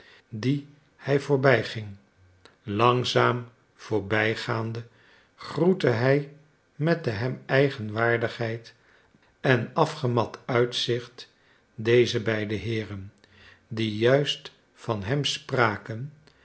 dien hij voorbijging langzaam voorbijgaande groette hij met de hem eigen waardigheid en afgemat uitzicht deze beide heeren die juist van hem spraken